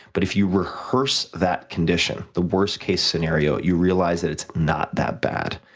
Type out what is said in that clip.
but if you rehearse that condition, the worst case scenario, you realize that it's not that bad,